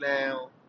now